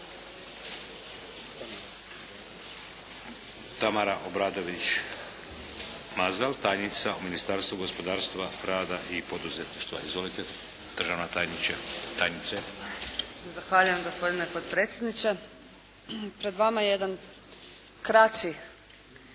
Zahvaljujem gospodine potpredsjedniče. Pred vama je jedan kraći